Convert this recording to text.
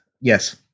yes